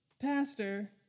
pastor